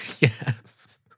Yes